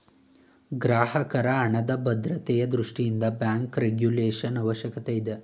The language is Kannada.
ಗ್ರಾಹಕರ ಹಣದ ಭದ್ರತೆಯ ದೃಷ್ಟಿಯಿಂದ ಬ್ಯಾಂಕ್ ರೆಗುಲೇಶನ್ ಅವಶ್ಯಕತೆ ಇದೆ